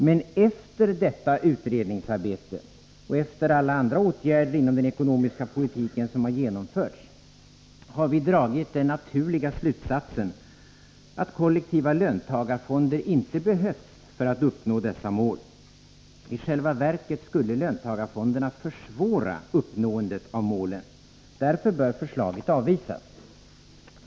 Men efter detta utredningsarbete och efter alla andra åtgärder inom den ekonomiska politiken som har genomförts har vi dragit den naturliga slutsatsen att kollektiva löntagarfonder inte behövs för att uppnå dessa mål. I själva verket skulle löntagarfonderna försvåra uppnåendet av målen. Därför bör förslaget avvisas.